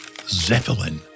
zeppelin